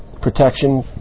protection